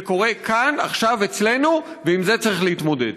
זה קורה כאן, עכשיו, אצלנו, ועם זה צריך להתמודד.